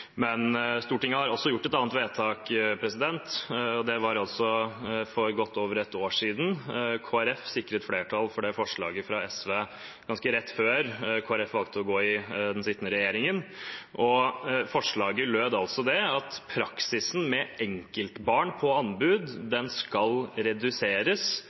Stortinget har også gjort et annet vedtak. Det var for godt over et år siden. Kristelig Folkeparti sikret flertall for et forslag fra SV ganske rett før Kristelig Folkeparti valgte å gå inn i den sittende regjeringen. Forslaget var at praksisen med enkeltbarn på anbud skulle reduseres,